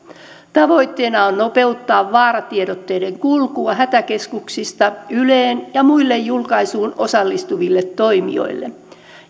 tavoitteena on nopeuttaa vaaratiedotteiden kulkua hätäkeskuksista yleen ja muille julkaisuun osallistuville toimijoille